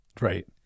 right